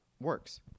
works